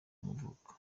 y’amavuko